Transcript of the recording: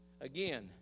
Again